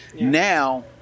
Now